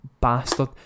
bastard